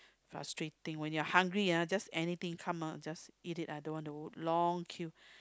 frustrating when you're hungry ah just anything come ah just eat it I don't want to long queue